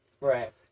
right